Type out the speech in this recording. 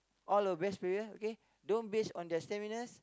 all our best player okay don't best on their stamina